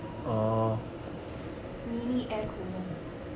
mini air cooler